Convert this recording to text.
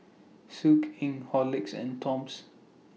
Inc Horlicks and Toms